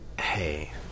hey